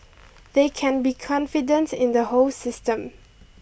they can be confident in the whole system